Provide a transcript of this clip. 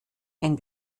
ein